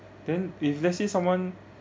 then if let's say someone